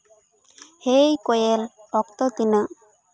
ᱦᱮᱭ ᱠᱳᱭᱮᱞ ᱚᱠᱛᱚ ᱛᱤᱱᱟᱹᱜ